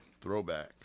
Throwbacks